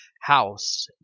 House